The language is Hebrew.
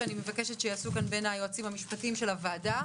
שאני מבקשת שייעשו כאן בין היועצים המשפטיים של הוועדה